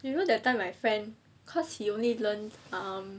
you know that time my friend cause he only learnt um